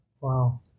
Wow